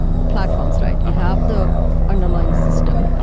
platforms, right? you have the underlying system, ah